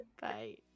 Bye